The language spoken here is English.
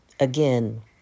Again